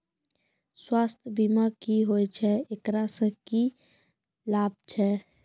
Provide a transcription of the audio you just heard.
स्वास्थ्य बीमा की होय छै, एकरा से की लाभ छै?